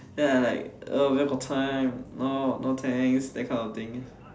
then I like oh where got time no no thanks that kind of thing